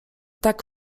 tak